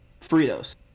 Fritos